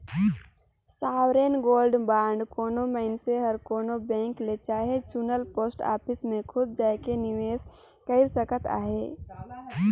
sovereign gold bond कोनो मइनसे हर कोनो बेंक ले चहे चुनल पोस्ट ऑफिस में खुद जाएके निवेस कइर सकत अहे